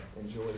enjoy